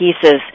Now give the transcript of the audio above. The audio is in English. pieces